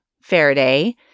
Faraday